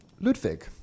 Ludwig